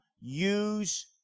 use